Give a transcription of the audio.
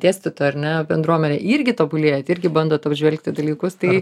dėstytojų ar ne bendruomenė irgi tobulėjat irgi bandot apžvelgti dalykus tai